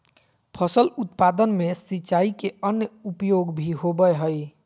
फसल उत्पादन में सिंचाई के अन्य उपयोग भी होबय हइ